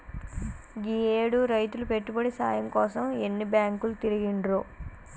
గీయేడు రైతులు పెట్టుబడి సాయం కోసం ఎన్ని బాంకులు తిరిగిండ్రో